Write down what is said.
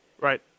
right